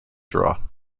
draw